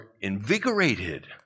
invigorated